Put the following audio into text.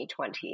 2020